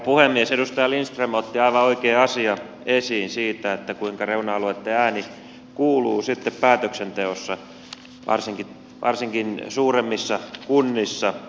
edustaja lindström otti aivan oikean asian esiin sen kuinka reuna alueitten ääni kuuluu sitten päätöksenteossa varsinkin suuremmissa kunnissa